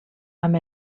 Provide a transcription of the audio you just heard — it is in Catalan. amb